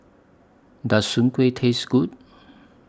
Does Soon Kuih Taste Good